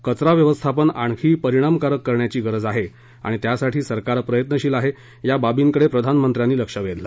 कचरा व्यवस्थापन आणखी परिणामकारक करण्याची गरज आहे आणि त्यासाठी सरकार प्रयत्नशील आहे या बाबींकडे प्रधानमंत्र्यांनी लक्ष वेधलं